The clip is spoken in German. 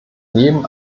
leben